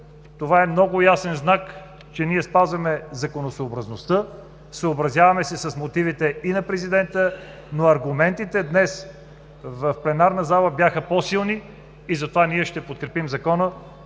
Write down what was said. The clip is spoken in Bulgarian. това ще е много ясен знак, че ние спазваме законосъобразността, съобразяваме се с мотивите и на президента, но аргументите днес в пленарна зала бяха по-силни и затова ние ще подкрепим Закона